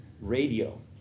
Radio